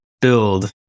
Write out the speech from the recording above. build